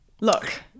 Look